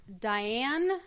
Diane